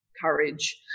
courage